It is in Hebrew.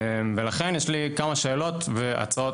ולכן יש לי כמה שאלות והצעות.